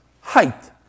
Height